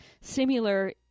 similar